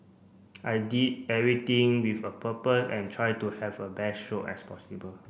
I did everything with a purpose and try to have a best stroke as possible